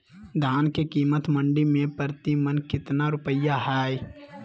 धान के कीमत मंडी में प्रति मन कितना रुपया हाय?